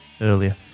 earlier